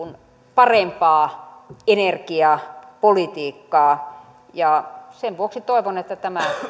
parempaa energiapolitiikkaa sen vuoksi toivon että tämä